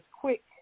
quick